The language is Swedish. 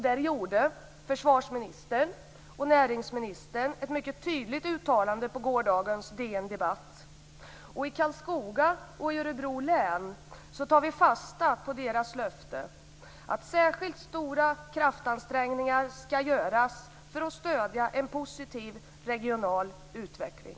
Där gjorde försvarsministern och näringsministern ett mycket tydligt uttalande på gårdagens DN Debatt. I Karlskoga och i Örebro län tar vi fasta på deras löfte att särskilt stora kraftansträngningar skall göras för att stödja en positiv regional utveckling.